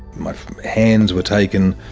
my hands were taken